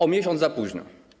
O miesiąc za późno.